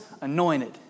anointed